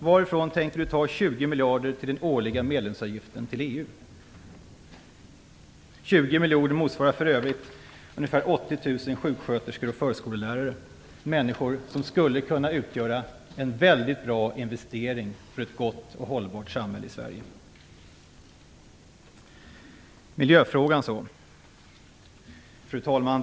Varifrån tänker Ingvar Carlsson ta 20 miljarder till den årliga medlemsavgiften till EU? 20 miljarder motsvarar för övrigt kostnaden för ungefär 80 000 sjuksköterskor och förskollärare - människor som skulle kunna utgöra en väldigt bra investering för ett gott och hållbart samhälle i Sverige. Fru talman!